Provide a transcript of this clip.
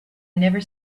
never